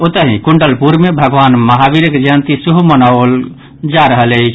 ओतहि कुंडलपुर मे भगवान महावीरक जयंती सेहो मनाओल जा रहल अछि